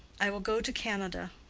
i will go to canada,